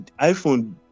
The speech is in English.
iphone